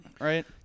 right